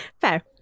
Fair